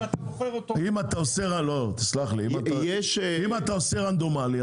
אם אתה עושה רנדומלי,